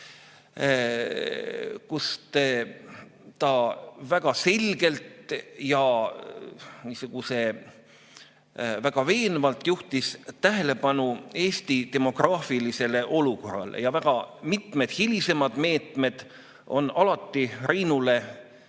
kus ta väga selgelt ja väga veenvalt juhtis tähelepanu Eesti demograafilisele olukorrale. Väga mitmed hilisemad meetmed on alati Rein